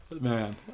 Man